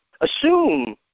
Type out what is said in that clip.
assume